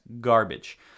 garbage